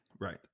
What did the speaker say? Right